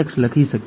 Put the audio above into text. તમને વિચાર આવે છે